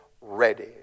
ready